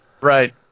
Right